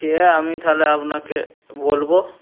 খেয়ে আমি তাহলে আপনাকে বলবো